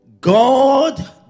god